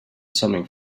something